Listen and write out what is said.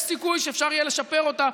יש סיכוי שאפשר יהיה לשפר אותה,